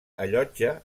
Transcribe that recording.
allotja